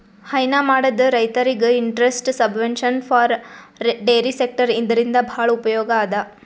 ಹೈನಾ ಮಾಡದ್ ರೈತರಿಗ್ interest subvention for dairy sector ಇದರಿಂದ್ ಭಾಳ್ ಉಪಯೋಗ್ ಅದಾ